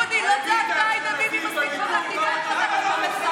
דודי, לא היית מספיק חזק עם ביבי, איזו בושה.